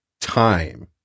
time